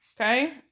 okay